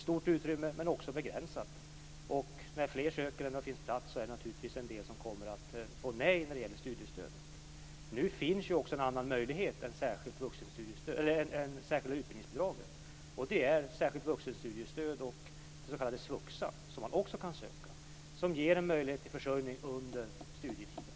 Utrymmet är stort men också begränsat, och när fler söker än vad som får plats är det naturligtvis en del som får nej när det gäller studiestödet. Nu finns det också en annan möjlighet än det särskilda utbildningsbidraget, nämligen särskilt vuxenstudiestöd och det s.k. svuxa. Dem kan man också söka. De ger en möjlighet till försörjning under studietiden.